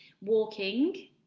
Walking